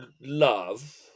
love